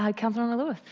yeah councilmember lewis.